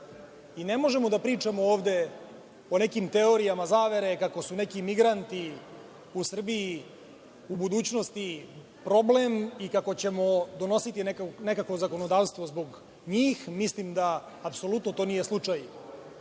Ne možemo da pričamo ovde o nekim teorijama zavere, kako su neki migranti u Srbiji u budućnosti problem i kako ćemo donositi nekakvo zakonodavstvo zbog njih. Mislim da to apsolutno nije slučaj,